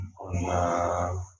on